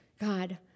God